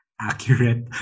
accurate